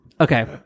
Okay